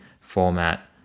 format